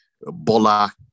Bola